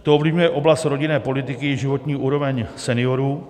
To ovlivňuje oblast rodinné politiky i životní úroveň seniorů.